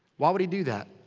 why would he do that?